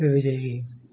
ତେବେ ଯାଇକି